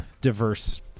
diverse